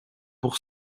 pour